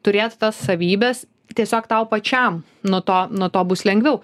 turėt tas savybes tiesiog tau pačiam nuo to nuo to bus lengviau